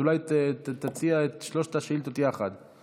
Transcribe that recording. אולי תציע את שלוש השאילתות יחד,